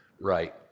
Right